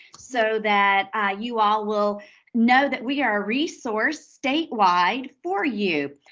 so that you all will know that we are a resource statewide for you.